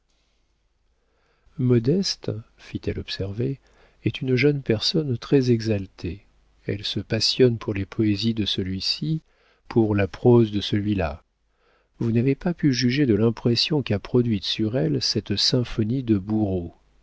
modeste fit-elle observer est une jeune personne très exaltée elle se passionne pour les poésies de celui-ci pour la prose de celui-là vous n'avez pas pu juger de l'impression qu'a produite sur elle cette symphonie de bourreau